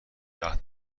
وخت